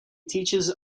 teaches